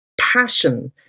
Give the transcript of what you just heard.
passion